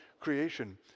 creation